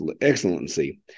Excellency